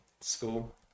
School